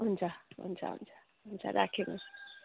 हुन्छ हुन्छ हुन्छ हुन्छ राखेँ हवस्